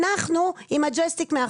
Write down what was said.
אנחנו עם הג'ויסטיק מאחור.